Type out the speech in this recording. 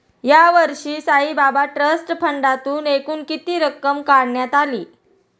यावर्षी साईबाबा ट्रस्ट फंडातून एकूण किती रक्कम काढण्यात आली?